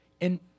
And-